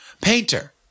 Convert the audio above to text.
painter